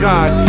God